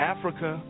Africa